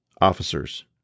officers